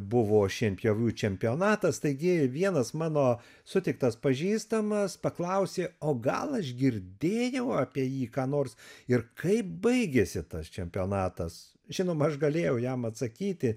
buvo šienpjovių čempionatas taigi vienas mano sutiktas pažįstamas paklausė o gal aš girdėjau apie jį ką nors ir kaip baigėsi tas čempionatas žinoma aš galėjau jam atsakyti